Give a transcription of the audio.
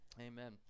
Amen